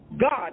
God